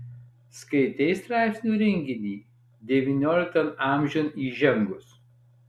skaitei straipsnių rinkinį devynioliktan amžiun įžengus